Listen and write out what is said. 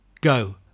Go